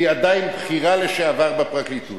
היא עדיין "בכירה לשעבר בפרקליטות".